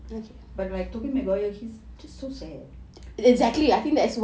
but like toby maguire he's just so sad